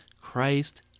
Christ